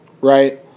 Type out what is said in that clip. Right